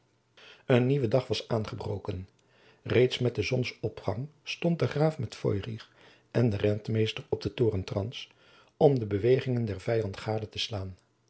een nieuwe dag was aangebroken reeds met zonsopgang stond de graaf met feurich en den rentmeester op den torentrans om de bewegingen der vijanden gade te slaan